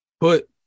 put